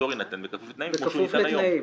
הפטור יינתן בכפוף לתנאים, כמו שהוא ניתן היום.